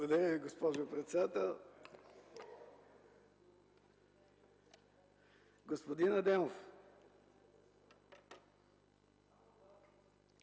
Господин Адемов,